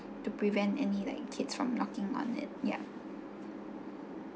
to prevent any like kids from locking on it yup